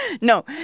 No